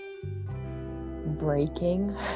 breaking